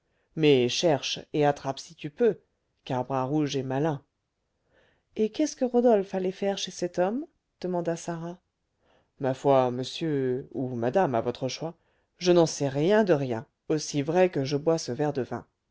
mais cherche et attrape si tu peux car bras rouge est malin et qu'est-ce que rodolphe allait faire chez cet homme demanda sarah ma foi monsieur ou madame à votre choix je n'en sais rien de rien aussi vrai que je bois ce verre de vin